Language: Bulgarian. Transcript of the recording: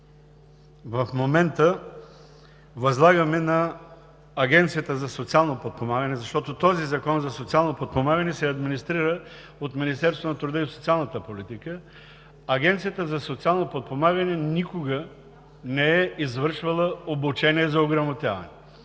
в момента възлагаме на Агенцията за социално подпомагане, защото този Закон за социално подпомагане се администрира от Министерството на труда и социалната политика, че АСП никога не е извършвала обучение за ограмотяване.